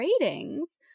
ratings